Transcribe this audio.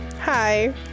Hi